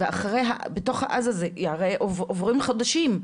בתוך האז הזה עוברים חודשים,